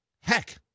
Heck